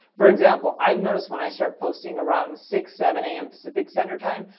for example, i've noticed when i start posting around six, seven a m. pacific center time,